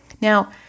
Now